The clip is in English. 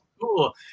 cool